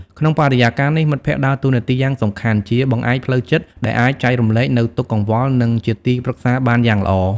ក្នុងបរិយាកាសនេះ មិត្តភក្តិដើរតួនាទីយ៉ាងសំខាន់ជាបង្អែកផ្លូវចិត្តដែលអាចចែករំលែកនូវទុកកង្វល នឹងជាទីព្រឹក្សាបានយ៉ាងល្អ ។